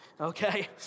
okay